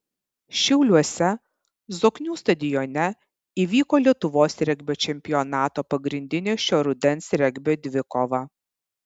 šiauliuose zoknių stadione įvyko lietuvos regbio čempionato pagrindinė šio rudens regbio dvikova